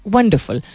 wonderful